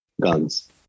guns